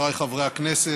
חבריי חברי הכנסת,